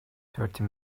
thirty